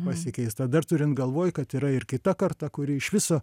pasikeista dar turint galvoj kad yra ir kita karta kuri iš viso